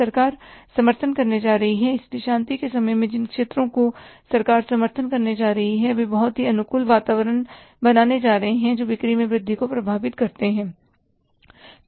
सरकार समर्थन करने जा रही है इसलिए शांति के समय में जिन क्षेत्रों को सरकार समर्थन करने जा रही है वे बहुत अनुकूल वातावरण बनाने जा रहे हैं जो बिक्री में वृद्धि को प्रभावित कर सकते हैं